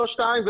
לא שתיים,